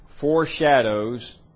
foreshadows